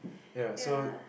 ya so